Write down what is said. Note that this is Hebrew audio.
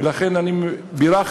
ולכן אני בירכתי,